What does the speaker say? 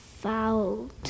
fouled